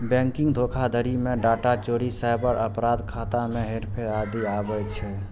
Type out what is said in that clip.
banking धोखाधड़ी मे data चोरी, साइबर अपराध, खाता मे हेरफेर आदि आबै छै